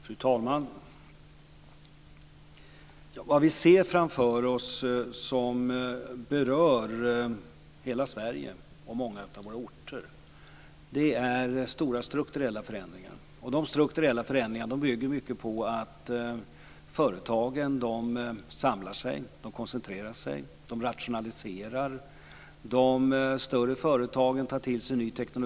Fru talman! Vad vi ser framför oss som berör hela Sverige och många av våra orter är stora strukturella förändringar. De strukturella förändringarna bygger mycket på att företagen samlar sig, koncentrerar sig och rationaliserar. De större företagen tar till sig ny teknik.